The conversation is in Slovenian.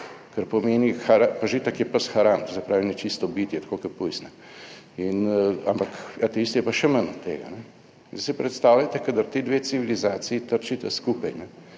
kar pomeni, pa že itak je pa s Haram, to se pravi nečisto bitje, tako kot pujs. Ampak ateisti je pa še manj od tega. In zdaj si predstavljajte, kadar ti dve civilizaciji trčita skupaj,